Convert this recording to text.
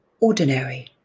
ordinary